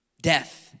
death